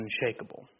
unshakable